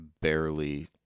barely